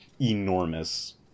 enormous